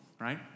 right